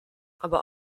aber